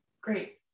great